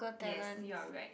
yes we are right